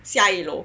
下一楼